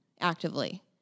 actively